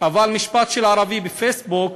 אבל משפט של ערבי בפייסבוק